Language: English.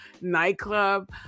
nightclub